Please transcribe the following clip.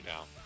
now